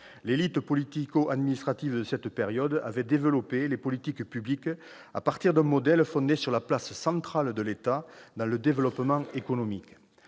L'élite politico-administrative de cette période avait développé les politiques publiques à partir d'un modèle fondé sur la place centrale de l'État dans le développement économique.